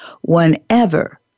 whenever